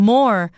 More